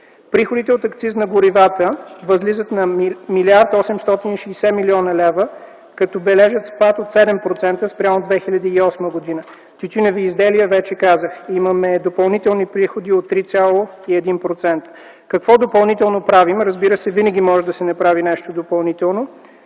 Приходите от акциз на горивата възлизат на 1 млрд. 860 млн. лв., като бележат спад от 7% спрямо 2008 г. За тютюневите изделия вече казах – имаме допълнителни приходи от 3,1%. Какво допълнително правим? Разбира се, винаги може да се направи нещо допълнително.